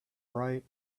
bright